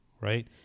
right